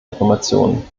informationen